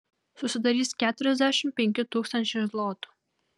susidarys keturiasdešimt penki tūkstančiai zlotų